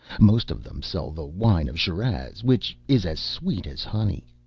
most of them sell the wine of schiraz, which is as sweet as honey.